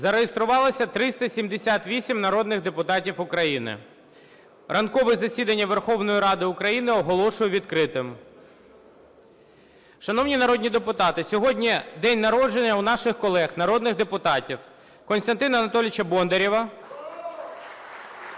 Зареєструвалось 378 народних депутатів України. Ранкове засідання Верховної Ради України оголошую відкритим. Шановні народні депутати, сьогодні день народження у наших колег народних депутатів Костянтина Анатолійовича Бондарєва.